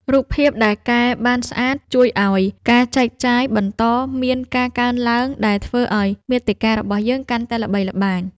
រូបភាពដែលកែបានស្អាតជួយឱ្យ ការចែកចាយ បន្តមានការកើនឡើង ដែលធ្វើឱ្យមាតិការបស់យើងកាន់តែល្បីល្បាញ។